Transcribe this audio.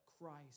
Christ